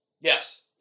Yes